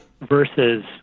versus